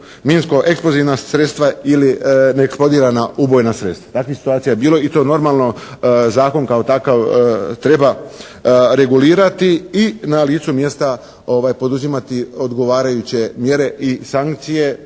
minsko-eksplozivna sredstva ili neeksplodirana ubojna sredstva. Takvih situacija je bilo i to normalno zakon kao takav treba regulirati i na licu mjesta poduzimati odgovarajuće mjere i sankcije,